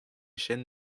chaîne